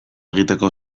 egiteko